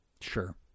Sure